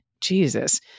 Jesus